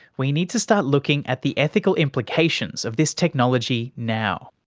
we need to start looking at the ethical implications of this technology now.